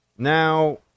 Now